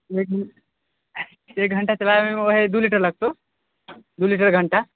एक घण्टा चलाबैमे वही दू लीटर लगतों दू लीटर एक घंटा